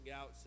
out